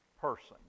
person